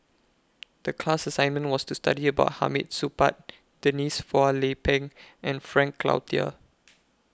The class assignment was to study about Hamid Supaat Denise Phua Lay Peng and Frank Cloutier